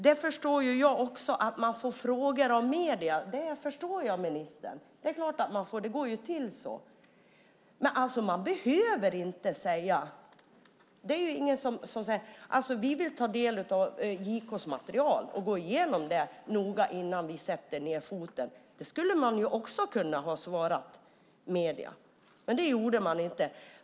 Jag förstår, ministern, att medierna ställer frågor. Det går till så. Men man behöver inte svara. Man kan säga att man vill ta del av JK:s material och gå igenom det noga innan man sätter ned foten. Det skulle man också ha kunnat säga till medierna. Men det gjorde man inte.